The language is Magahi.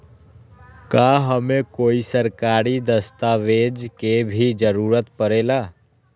का हमे कोई सरकारी दस्तावेज के भी जरूरत परे ला?